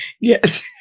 Yes